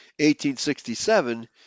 1867